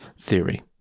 Theory